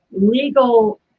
legal